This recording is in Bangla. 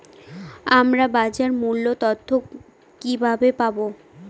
আমরা বাজার মূল্য তথ্য কিবাবে পাবো?